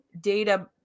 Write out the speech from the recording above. data